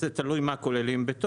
סביב 50%. זה תלוי מה כוללים בתוכו.